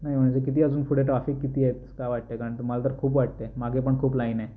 नाही म्हणजे किती अजून पुढे ट्राफिक किती आहे काय वाटतं आहे कारण की मला तर खूप वाटतं आहे मागे पण खूप लाइन आहे